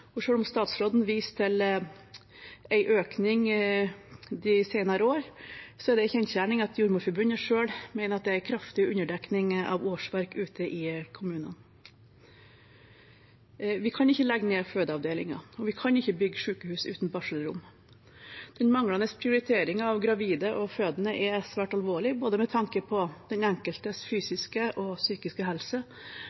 om statsråden viste til en økning de senere år, er det en kjensgjerning at Jordmorforbundet selv mener det er en kraftig underdekning av årsverk ute i kommunene. Vi kan ikke legge ned fødeavdelinger, og vi kan ikke bygge sykehus uten barselrom. Den manglende prioriteringen av gravide og fødende er svært alvorlig, både med tanke på den enkeltes